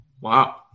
Wow